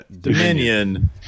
Dominion